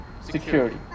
security